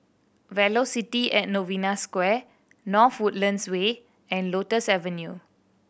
Velocity at Novena Square North Woodlands Way and Lotus Avenue